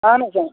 اہَن حظ آ